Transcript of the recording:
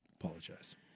Apologize